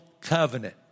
covenant